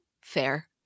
fair